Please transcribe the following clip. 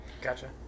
Gotcha